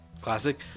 Classic